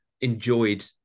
enjoyed